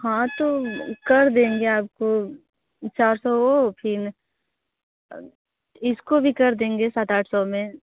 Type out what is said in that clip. हाँ तो कर देंगे आप को चार सौ वह फ़िर इसको भी कर देंगे सात आठ सौ में